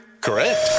Correct